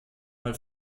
mal